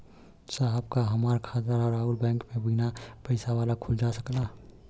साहब का हमार खाता राऊर बैंक में बीना पैसा वाला खुल जा सकेला?